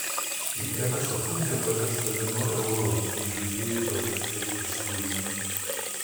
kiekviena sekundė pavirsta vienu euru jei žaidėjui pavyksta išsilaikyti